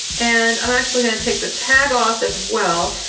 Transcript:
and i'm actually gonna take the tag off as well.